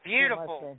Beautiful